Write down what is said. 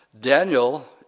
Daniel